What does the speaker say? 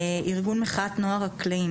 לארגון מחאת נוער אקלים,